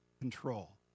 control